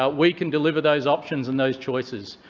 ah we can deliver those options and those choices,